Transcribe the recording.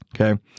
Okay